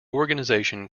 organization